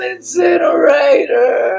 Incinerator